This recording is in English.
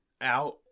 out